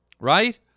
right